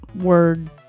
word